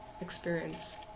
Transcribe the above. experience